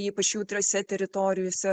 ypač jautriose teritorijose